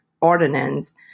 ordinance